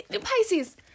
Pisces